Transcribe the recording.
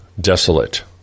desolate